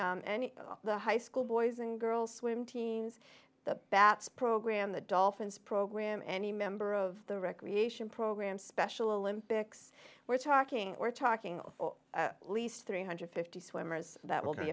and the high school boys and girls swim teams the bats program the dolphins program any member of the recreation program special olympics we're talking or talking or at least three hundred and fifty swimmers that will be